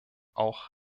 auch